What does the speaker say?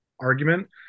argument